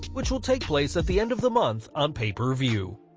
which will take place at the end of the month on pay per view.